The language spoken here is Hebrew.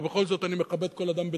ובכל זאת אני מכבד כל אדם בדרכו.